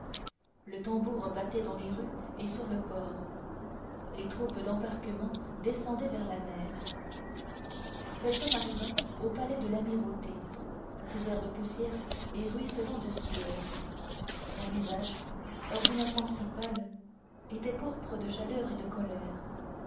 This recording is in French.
le tambour battait dans les rues et sur le port les troupes d'embarquement descendaient vers la mer felton arriva au palais de l'amirauté couvert de poussière et ruisselant de sueur son visage ordinairement si pâle était pourpre de chaleur et de colère